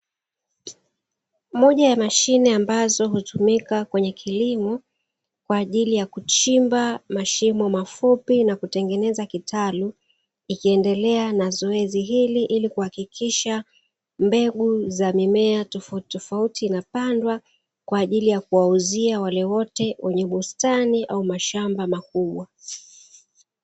Moja ya mashine ambazo hutumika kwenye kilimo kwa ajili ya kuchimba mashimo mafupi na kutengeneza kitalu, ikiendelea na zoezi hili ili kuhakikisha mbegu za mimea tofauti tofauti na pandwa kwa ajili ya kuwauzia wale wote wenye bustani au mashamba makubwa.